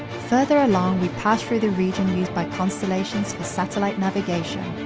further along, we pass through the region used by constellations for satellite navigation.